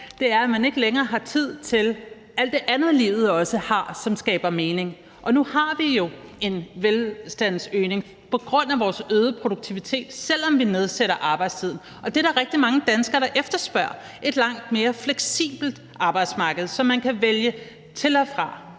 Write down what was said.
kan, er, at vi ikke længere har tid til alt det andet, livet også har, som skaber mening. Nu har vi jo en velstandsøgning på grund af vores øgede produktivitet, selv om vi nedsætter arbejdstiden, og der er rigtig mange danskere, der efterspørger et langt mere fleksibelt arbejdsmarked, så man kan vælge til og fra,